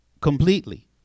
completely